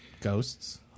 Ghosts